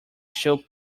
shoe